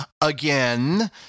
again